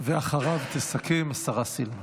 ואחריו תסכם השרה סילמן.